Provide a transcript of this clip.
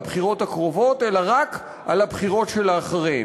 אלא רק על הבחירות שאחריהן.